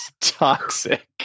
Toxic